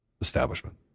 establishment